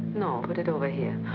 no, put it over here.